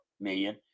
million